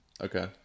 Okay